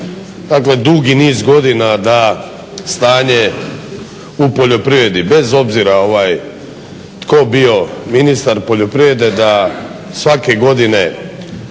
dugi niz godina da stanje u poljoprivredi bez obzira tko bio ministar poljoprivrede da svake godine